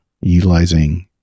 utilizing